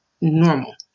normal